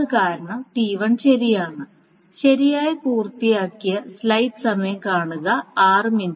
അത് കാരണം T1 ശരിയാണ് ശരിയായി പൂർത്തിയാക്കി